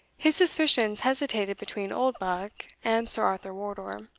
his suspicions hesitated between oldbuck and sir arthur wardour.